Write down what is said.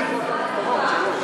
ההצעה הזאת מאוד,